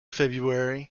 february